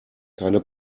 keine